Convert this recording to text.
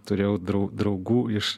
turėjau drau draugų iš